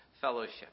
fellowship